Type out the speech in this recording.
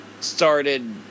started